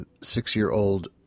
six-year-old